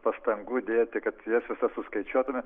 pastangų dėti kad jas visas suskaičiuotume